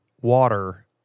water